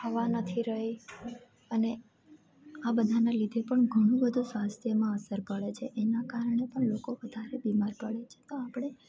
હવા નથી રહી અને આ બધાના લીધે પણ ઘણું બધું સ્વાસ્થ્યમાં અસર પડે છે એના કારણે પણ લોકો વધારે બીમાર પળે છે તો આપણે